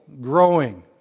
growing